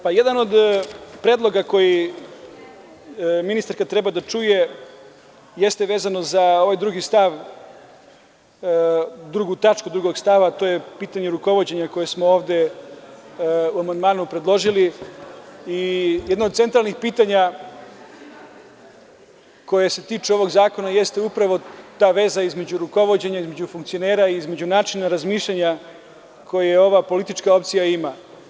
Pa, jedan od predloga koji ministarka treba da čuje jeste vezano za ovaj drugu tačku drugog stava, to je pitanje rukovođenja koje smo ovde u amandmanu predložili i jedno od centralnih pitanja koje se tiče ovog zakona jeste upravo ta veza između rukovođenja, između funkcionera i između načina razmišljanja koje ova politička opcija ima.